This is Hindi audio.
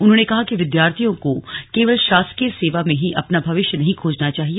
उन्होंने कहा कि विद्यार्थियों को केवल शासकीय सेवा में ही अपना भविष्य नहीं खोजना चाहिए